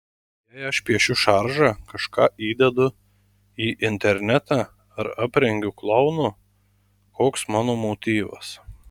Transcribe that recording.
jei aš piešiu šaržą kažką įdedu į internetą ar aprengiu klounu koks mano motyvas